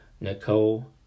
Nicole